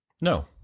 No